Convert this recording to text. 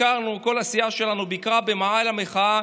כשכל הסיעה שלנו ביקרה במאהל המחאה